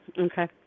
Okay